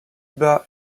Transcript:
bas